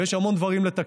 ויש המון לתקן.